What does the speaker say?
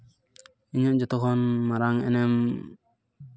ᱤᱧᱟᱹᱝ ᱡᱷᱚᱛᱚᱠᱷᱚᱱ ᱢᱟᱨᱟᱝ ᱮᱱᱮᱢ